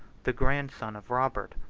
the grandson of robert.